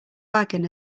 wagon